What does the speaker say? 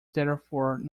therefore